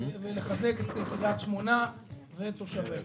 ולחזק את קרית שמונה ואת תושביה.